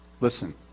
Listen